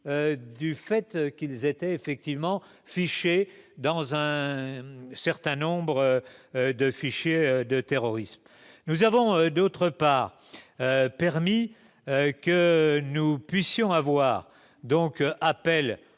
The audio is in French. du fait qu'ils étaient effectivement fichées dans un certain nombre de fichiers de terrorisme, nous avons d'autre part permis que nous puissions avoir donc